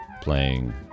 playing